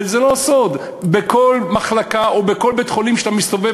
וזה לא סוד: כשאתה מסתובב בכל מחלקה או בכל בית-חולים בארץ,